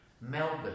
Melbourne